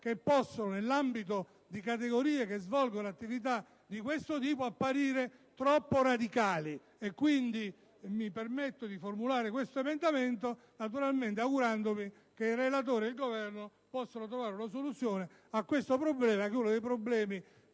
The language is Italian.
che possono, nell'ambito di categorie che svolgono attività di questo tipo, apparire troppo radicali, e quindi mi permetto di formulare questo emendamento, naturalmente augurandomi che il relatore e il Governo possano trovare una soluzione a questo che è uno dei problemi